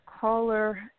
caller